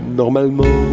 normalement